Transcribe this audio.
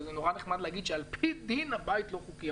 זה נורא נחמד להגיד שעל פי דין הבית לא חוקי.